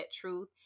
truth